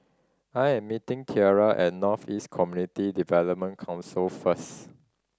I'm meeting Tierra at North East Community Development Council first